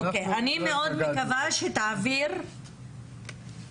אני מאוד מקווה שתעביר למשרד,